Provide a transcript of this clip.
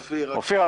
אופיר.